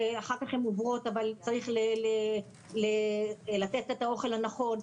שאחר כך הן עוברות אבל צריך לתת את האוכל הנכון,